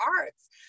arts